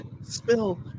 Spill